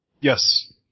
Yes